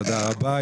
תודה רבה.